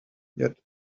yet